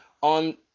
on